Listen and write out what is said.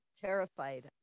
Terrified